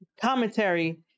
commentary